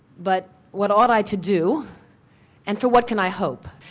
but what ought i to do and for what can i hope?